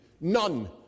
None